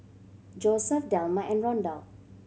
Josef Delma and Rondal